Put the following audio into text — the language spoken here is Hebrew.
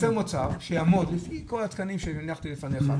אז הוא אומר שתייצר מוצר שיעמוד לפי כל התקנים שהנחתי לפניך,